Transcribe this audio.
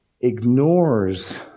ignores